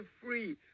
free